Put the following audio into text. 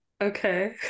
Okay